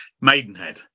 Maidenhead